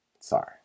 sorry